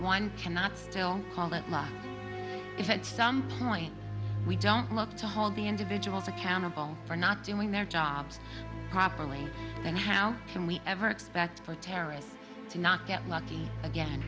one cannot still call that if at some point we don't look to hold the individuals accountable for not doing their jobs properly then how can we ever expect the terrorists to not get lucky again